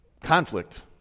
conflict